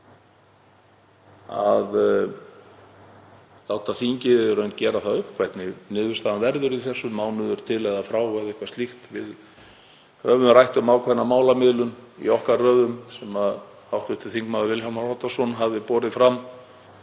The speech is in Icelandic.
að láta þingið í raun gera það upp hvernig niðurstaðan verður í þessu, mánuður til eða frá eða eitthvað slíkt. Við höfum rætt um ákveðna málamiðlun í okkar röðum sem hv. þm. Vilhjálmur Árnason hefur borið fram.